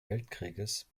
weltkrieges